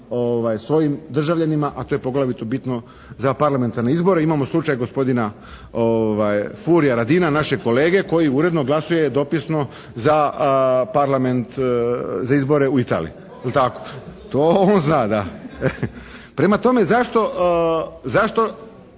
svojim državljanima a to je poglavito bitno za parlamentarne izbore. Imamo slučaj gospodina Furia Radina, našeg kolege koji uredno glasuje dopisno za Parlament, za izbore u Italiji, je li tako? …/Upadica